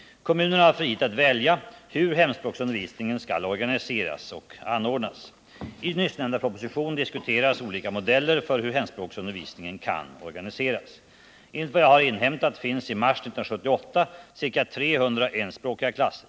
Kommunerna har frihet att välja hur hemspråksundervisningen skall organiseras och anordnas. I nyssnämnda proposition diskuteras olika modeller för hur hemspråksundervisningen kan organiseras. Enligt vad jag har inhämtat fanns i mars 1978 ca 300 enspråkiga klasser.